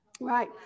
Right